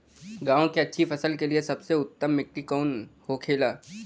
गेहूँ की अच्छी फसल के लिए सबसे उत्तम मिट्टी कौन होखे ला?